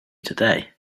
today